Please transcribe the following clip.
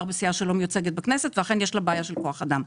בסיעה שלא מיוצגת בכנסת ולכן יש לה בעיה של כוח אדם.